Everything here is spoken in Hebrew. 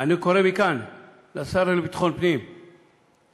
אני קורא מכאן לשר לביטחון פנים לשלוף,